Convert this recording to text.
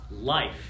life